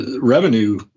revenue